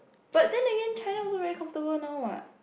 but then again China also very comfortable now what